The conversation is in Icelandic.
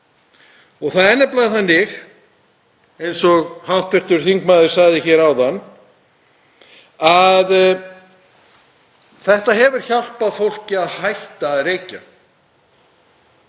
Það er nefnilega þannig, eins og hv. þingmaður sagði hér áðan, að þetta hefur hjálpað fólki til að hætta að reykja.